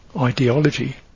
ideology